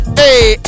hey